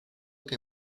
que